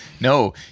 no